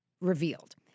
revealed